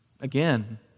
again